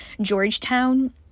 georgetown